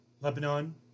Lebanon